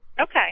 Okay